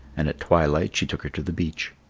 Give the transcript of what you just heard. and at twilight she took her to the beach.